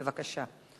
בבקשה.